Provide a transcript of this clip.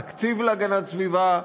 תקציב להגנת הסביבה,